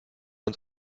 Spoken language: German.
uns